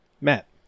Matt